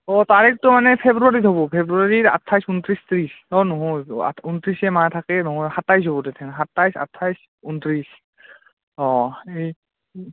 অঁ তাৰিখটো মানে ফেব্ৰুৱাৰীত হ'ব ফেব্ৰুৱাৰীৰ আঠাইছ ঊনত্ৰিছ ত্ৰিছ অ' নহয় ঊনত্ৰিছহে মাহ থাকে নহয় সাতাইছ হ'ব তেথেন সাতাইছ আঠাইছ ঊনত্ৰিছ অঁ এই